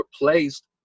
replaced